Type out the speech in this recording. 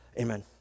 Amen